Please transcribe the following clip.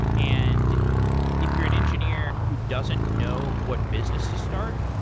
and if you're an engineer who doesn't know what business to start,